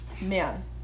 man